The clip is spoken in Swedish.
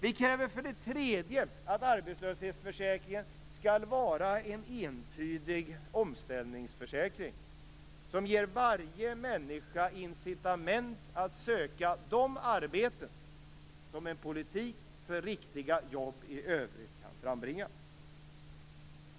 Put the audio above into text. Vi kräver för det tredje att arbetslöshetsförsäkringen skall vara en entydig omställningsförsäkring, som ger varje människa incitament att söka de arbeten som en politik för riktiga jobb i övrigt kan frambringa.